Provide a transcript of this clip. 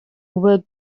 were